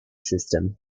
system